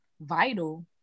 vital